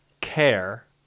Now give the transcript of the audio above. care